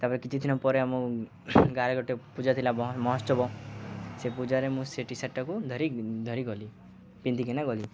ତାପରେ କିଛିଦିନ ପରେ ଆମ ଗାଁରେ ଗୋଟେ ପୂଜା ଥିଲା ବ ମହୋ୍ଚବ ସେ ପୂଜାରେ ମୁଁ ସେ ଟି ସାର୍ଟଟାକୁ ଧରି ଧରିଗଲି ପିନ୍ଧିକିନା ଗଲି